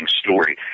story